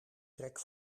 trek